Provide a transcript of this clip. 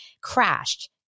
crashed